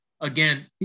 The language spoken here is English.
again